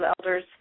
elders